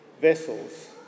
vessels